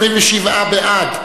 27 בעד,